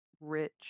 rich